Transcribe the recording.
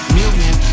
million